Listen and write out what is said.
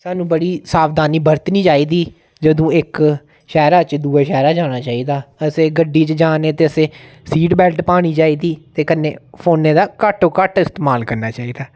सानूं बड़ी सावधानी बरतनी चाहिदी जदूं इक शैह्रा च दुए शैह्रा जाना चाहिदा ते असेंगी गड्डी च जाने ते असें सीट बैल्ट पानी चाहिदी ते कन्नै फोनै दा घट्टो घट्ट इस्तमाल करना चाहिदा